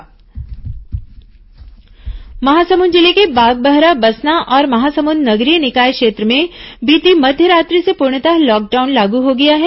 lockdown Mahasamund जिले के बागबाहरा बसना और महासमुंद नगरीय निकाय क्षेत्र में बीती मध्यरात्रि से पूर्णतः लॉकडाउन लागू हो गया है